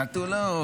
חתולות,